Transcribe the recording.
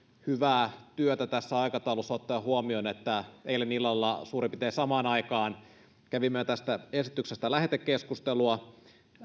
hyvää työtä tässä aikataulussa ottaen huomioon että eilen illalla suurin piirtein samaan aikaan kävimme tästä esityksestä lähetekeskustelua